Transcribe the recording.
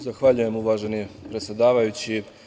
Zahvaljujem, uvaženi predsedavajući.